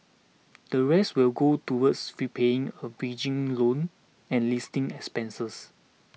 the rest will go towards repaying a bridging loan and listing expenses